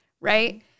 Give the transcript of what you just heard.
right